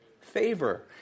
favor